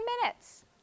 minutes